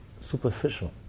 superficial